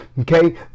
Okay